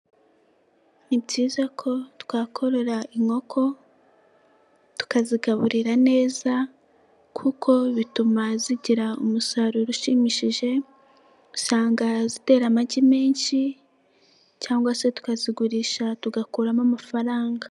Ni byiza ko twakorora inkoko tukazigaburira neza kuko bituma zigira umusaruro ushimishije usanga zitera amagi menshi cyangwa se tukazigurisha tugakuramo amafaranga.